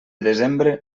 desembre